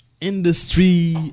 Industry